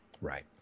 right